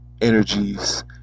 energies